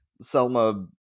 selma